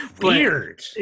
Weird